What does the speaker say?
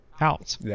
out